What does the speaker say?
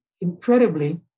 incredibly